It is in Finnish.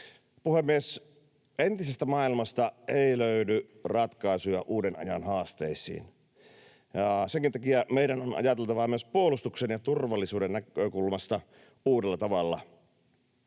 Puhemies! Entisestä maailmasta ei löydy ratkaisuja uuden ajan haasteisiin. Senkin takia meidän on ajateltava myös puolustuksen ja turvallisuuden näkökulmasta uudella tavalla.